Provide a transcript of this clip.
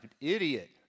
idiot